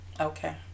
okay